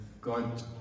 God